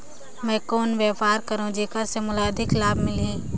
मैं कौन व्यापार करो जेकर से मोला अधिक लाभ मिलही?